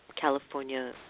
California